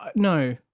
ah no.